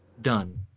Done